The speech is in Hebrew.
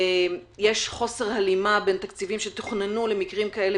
יש חוסר הלימה בין תקציבים שתוכננו למקרים כאלה